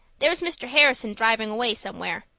there's mr. harrison driving away somewhere.